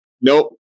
Nope